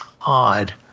Odd